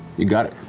you got it,